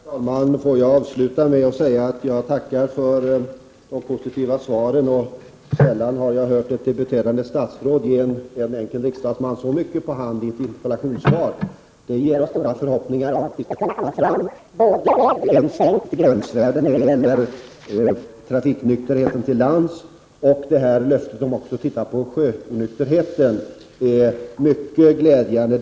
Herr talman! Jag vill avsluta med att tacka för de positiva svaren. Sällan har jag hört ett debuterande statsråd ge en enkel riksdagsman så mycket på hand i ett interpellationssvar. Det ger oss stora förhoppningar om att vi skall kunna komma framåt beträffande sänkt gränsvärde för trafikonykterhet till lands, och löftet om att man också skall se på sjöonykterheten är mycket glädjande.